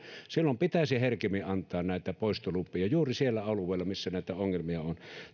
silloin pitäisi herkemmin antaa näitä poistolupia juuri sillä alueella missä näitä ongelmia on